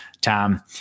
Tom